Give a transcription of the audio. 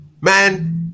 Man